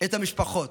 את המשפחות,